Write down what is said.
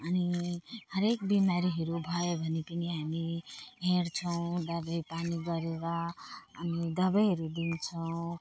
अनि हर एक बिमरीहरू भयो भने पनि हामी हेर्छौँ दबाई पानी गरेर अनि दबाईँहरू दिन्छौँ